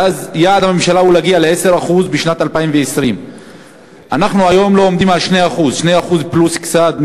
ואז יעד הממשלה הוא להגיע ל-10% בשנת 2020. אנחנו היום לא עומדים על 2% 2% פלוס קצת,